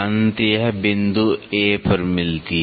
अत यह बिंदु A पर मिलती है